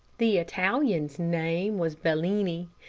the italian's name was bellini,